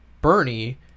Bernie